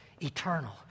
eternal